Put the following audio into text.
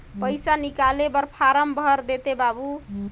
पइसा निकाले बर फारम भर देते बाबु?